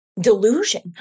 delusion